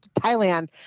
Thailand